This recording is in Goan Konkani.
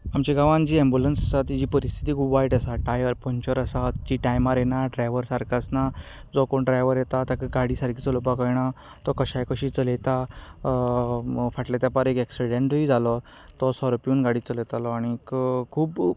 आमचें गांवांत जी एंबुलंस जी आसा तेजी परिस्थिती खूब वायट आसा टायर पंक्चर आसात ती टायमार येनात ड्रायवर सारको आसना जो कोण ड्रायवर येता ताका गाडी सारकी चलोवपा कळना तो कशाय कशी चलयता फाटल्या तेंपार एक्सिडेंटूय जालो तो सोरो पिवून गाडी चलयतालो आनीक खूब